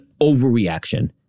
overreaction